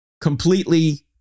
completely